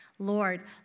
Lord